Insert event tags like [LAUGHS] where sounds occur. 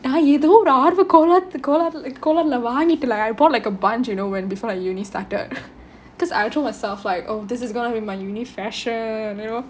நா ஏதோ ஒரு ஆர்வ கோலா~ கொல்லாத~ கோலாரத்துலே வாங்கிட்டு:naa yetho oru aarva kolaa~ kolaath~ kolaaratthule vaangittu I bought like a bunch you know when before like uni~ started [LAUGHS] cause I told myself like oh this is going to be my uni~ fashion